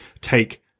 take